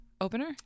Opener